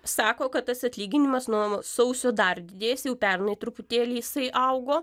sako kad tas atlyginimas nuo sausio dar didės jau pernai truputėlį jisai augo